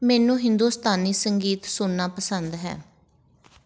ਮੈਨੂੰ ਹਿੰਦੁਸਤਾਨੀ ਸੰਗੀਤ ਸੁਣਨਾ ਪਸੰਦ ਹੈ